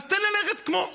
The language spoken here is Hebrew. אז תן ללכת כמו חרדים.